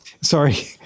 sorry